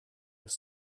was